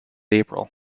april